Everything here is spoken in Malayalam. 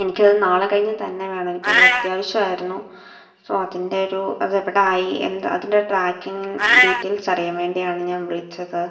എനിക്ക് അത് നാളെ കഴിഞ്ഞ് തന്നെ വേണം എനിക്ക് അത് അത്യാവശ്യമായിരുന്നു സോ അതിൻ്റെഒരു അത് എവിടെ ആയി എന്താണ് അതിൻ്റെ ട്രാക്കിങ്ങ് ഡീറ്റേയിൽസ് അറിയാൻ വേണ്ടിയാണ് ഞാൻ വിളിച്ചത്